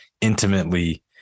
intimately